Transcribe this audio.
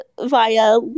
via